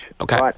Okay